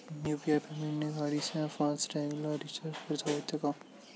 UPI पेमेंटने गाडीच्या फास्ट टॅगला रिर्चाज करता येते का?